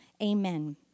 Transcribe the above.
amen